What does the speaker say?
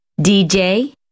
DJ